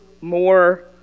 more